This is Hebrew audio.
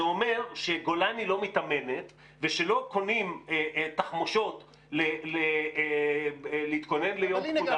זה אומר שגולני לא מתאמנת ושלא קונים תחמושות להתכונן ליום פקודה.